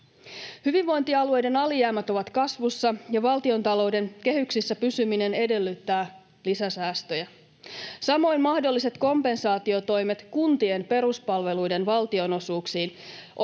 Hyvinvointialueiden alijäämät ovat kasvussa, ja valtiontalouden kehyksissä pysyminen edellyttää lisäsäästöjä. Samoin mahdolliset kompensaatiotoimet kuntien peruspalveluiden valtionosuuksien osalta